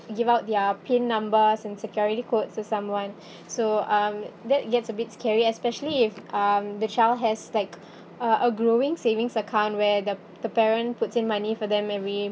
give out their pin numbers and security codes to someone so um that gets a bit scary especially if um the child has like uh a growing savings account where the the parent puts in money for them every